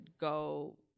go